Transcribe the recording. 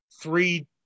three